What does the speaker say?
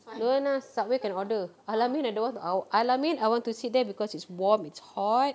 don't want ah Subway can order al-amin I don't want to I al-amin I want to sit there because it's warm it's hot